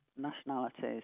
nationalities